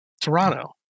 Toronto